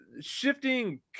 shifting